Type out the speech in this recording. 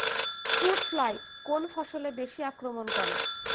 Fruit fly কোন ফসলে বেশি আক্রমন করে?